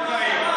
זה עניינך?